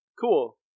Cool